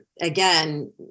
again